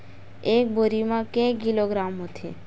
एक बोरी म के किलोग्राम होथे?